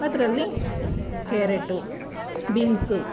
ಅದರಲ್ಲಿ carrot beans